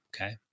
Okay